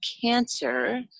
cancer